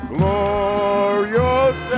Glorious